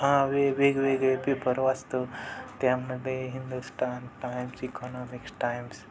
हा वे वेगवेगळे पेपर वाचतो त्यामध्ये हिंदुस्तान टाइम्स इकोनॉमिक्स टाइम्स